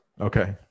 Okay